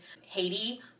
Haiti